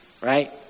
Right